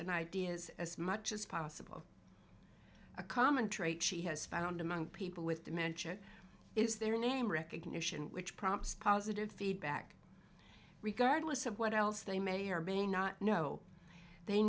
and ideas as much as possible a common trait she has found among people with dementia is their name recognition which prompts positive feedback regardless of what else they may or may not know they